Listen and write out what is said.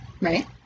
right